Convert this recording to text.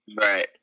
Right